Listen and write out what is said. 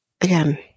again